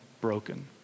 broken